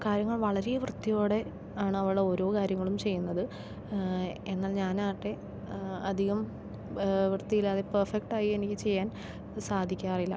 കാര്യങ്ങൾ വളരെ വൃത്തിയോടെ ആണ് അവൾ ഓരോ കാര്യങ്ങളും ചെയ്യുന്നത് എന്നാൽ ഞാൻ ആകട്ടെ അധികം വൃത്തിയില്ലാതെ പെർഫെക്ട് ആയി എനിക്ക് ചെയ്യാൻ സാധിക്കാറില്ല